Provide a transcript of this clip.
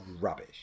rubbish